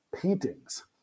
paintings